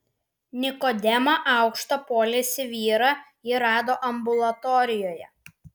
nikodemą aukštą poliesį vyrą ji rado ambulatorijoje